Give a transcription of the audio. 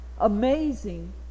amazing